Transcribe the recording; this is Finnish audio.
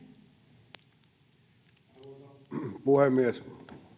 arvoisa puhemies